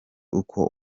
uko